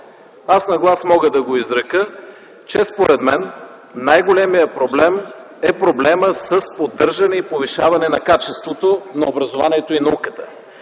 Аз на глас мога да го изрека, че според мен най-големият проблем е проблемът с поддържане и повишаване на качеството на образованието и науката.